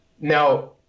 Now